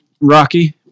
Rocky